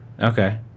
Okay